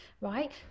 right